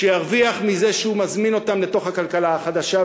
שירוויח מזה שהוא מזמין אותם לתוך הכלכלה החדשה,